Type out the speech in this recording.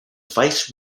vice